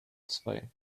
zwei